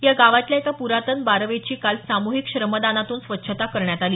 या गावातल्या एका प्रातन बारवेची काल साम्हिक श्रमदानातून स्वच्छता करण्यात आली